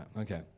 Okay